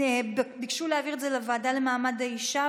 ביקשו להעביר את זה לוועדה למעמד האישה,